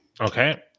Okay